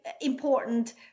important